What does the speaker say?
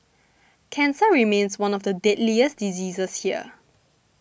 cancer remains one of the deadliest diseases here